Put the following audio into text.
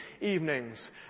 evenings